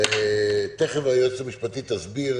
תכף היועצת המשפטית תסביר